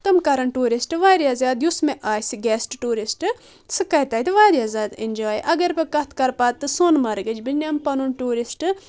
تم کرن ٹیورشٹ واریاہ زیادٕ یُس مےٚ آسہِ گیشٹ ٹیورشٹ سُہ کرٕ تتہِ واریاہ زیادٕ ایٚنجاے اگر بہٕ کتھ کرٕ پتہٕ سۄنہٕ مرگٕچ بہٕ نم پنُن ٹیورشٹ